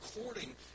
according